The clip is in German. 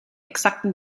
exakten